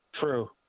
True